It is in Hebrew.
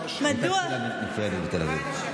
הייתה תפילה נפרדת בתל אביב.